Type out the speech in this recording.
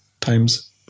times